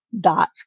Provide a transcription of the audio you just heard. dot